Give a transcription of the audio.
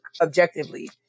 objectively